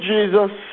Jesus